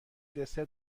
دسر